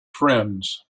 friends